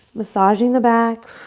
massaging the back.